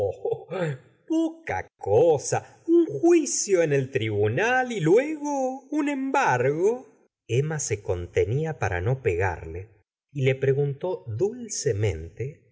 poca cosa un juicio en el tribunal y luego un embargo emma se contenia para no pegarle y le preguntó dulcemente